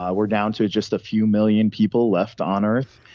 um we're down to just a few million people left on earth.